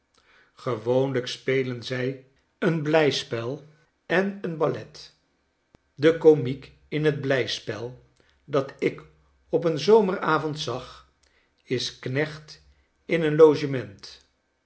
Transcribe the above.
gewoonlijk spelen zij een blijspel en een ballet de komiek in het blijspel dat ik op een zomeravond zag is knecht in een logement